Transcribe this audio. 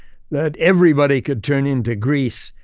that everybody could turn into greece,